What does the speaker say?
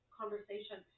conversation